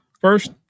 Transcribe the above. first